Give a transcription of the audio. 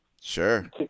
Sure